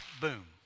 boom